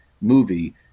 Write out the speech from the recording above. movie